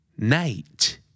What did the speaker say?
Night